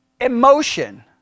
Emotion